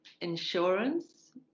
insurance